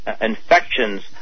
infections